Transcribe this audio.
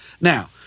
Now